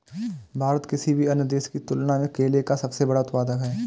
भारत किसी भी अन्य देश की तुलना में केले का सबसे बड़ा उत्पादक है